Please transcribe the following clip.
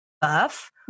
buff